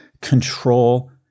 control